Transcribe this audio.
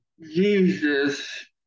Jesus